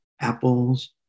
apples